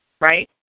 right